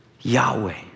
Yahweh